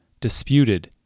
disputed